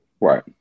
Right